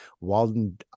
Walden